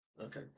Okay